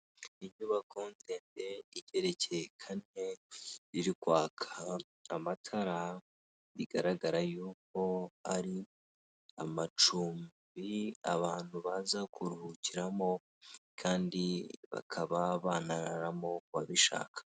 Inyubako ndende igerekeye kane iri kwaka amatara, bigaragara yuko ari amacumbi abantu baza kuruhukiramo kandi bakaba banararamo ku bishaka.